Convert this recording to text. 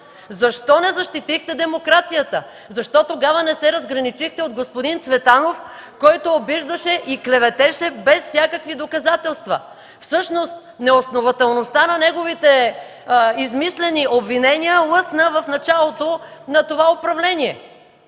Защо не защитихте демокрацията? Защо тогава не се разграничихте от господин Цветанов, който обиждаше и клеветеше без всякакви доказателства? Всъщност неоснователността на неговите измислени обвинения лъсна в началото на това управление.